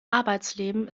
arbeitsleben